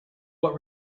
what